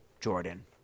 Jordan